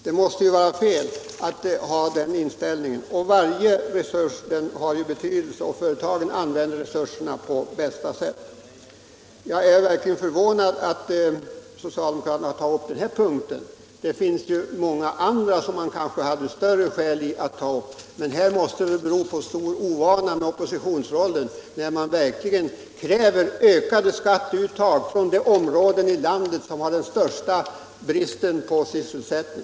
Det måste vara fel att ha den inställningen. Varje resurs har betydelse, och företagen använder i regel resurserna på ett effektivt sätt. Jag är förvånad över att socialdemokraterna har tagit upp just denna fråga i motion och i reservation. Det finns ju många andra frågor som de kunde ha större skäl att ta upp. Det måste bero på stor ovana vid oppositionsrollen, när man kräver ökade skatteuttag från de områden i landet som har den största bristen på sysselsättning.